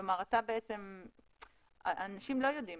כלומר, האנשים לא יודעים.